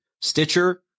Stitcher